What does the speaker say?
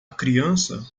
criança